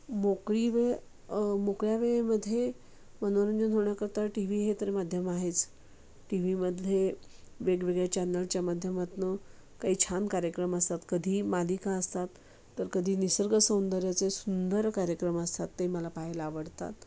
मोकळी वेळ मोकळ्या वेळेमध्ये मनोरंजन होण्याकरता टी व्ही हे तर माध्यम आहेच टी व्हीमधले वेगवेगळ्या चॅनलच्या माध्यमातून काही छान कार्यक्रम असतात कधी मालिका असतात तर कधी निसर्ग सौंदर्याचे सुंदर कार्यक्रम असतात ते मला पाहायला आवडतात